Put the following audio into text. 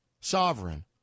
sovereign